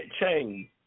Change